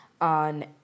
on